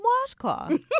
washcloth